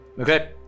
Okay